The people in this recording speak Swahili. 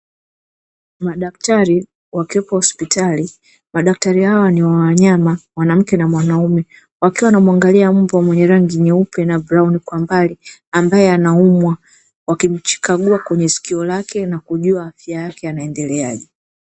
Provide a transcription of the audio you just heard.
Madaktari wakiwepo hospitali, madaktari hawa ni wa wanyama mwanamke na mwanaume wakiwa wanamuangalia mbwa mwenye rangi ya nyeupe na brauni kwa mbali ambae anaumwa wakimkagua kwenye sikio lake na kujua afya yake anaendeleaje.